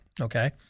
okay